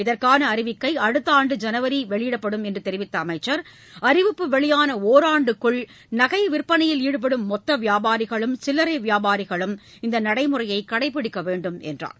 இதற்கான அறிவிக்கை அடுத்த ஆண்டு ஜனவரி வெளியிடப்படும் என்று தெரிவித்த அமைச்சர் அறிவிப்பு வெளியான ஒராண்டுக்குள் நகை விற்பனையில் ஈடுபடும் மொத்த வியாபாரிகளும் சில்லரை வியாபாரிகளும் இந்த நடைமுறையை கடைப்பிடிக்க வேண்டும் என்றார்